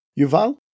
Yuval